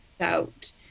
out